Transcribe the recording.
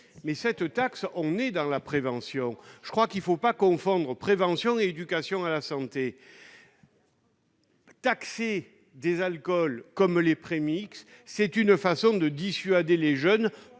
mais cette taxe est une mesure de prévention. Il ne faut pas confondre prévention et éducation à la santé. Taxer des alcools comme les premix est une façon de dissuader les jeunes